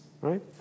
right